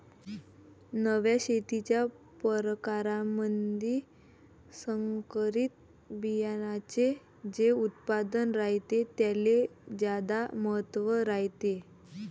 नव्या शेतीच्या परकारामंधी संकरित बियान्याचे जे उत्पादन रायते त्याले ज्यादा महत्त्व रायते